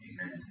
Amen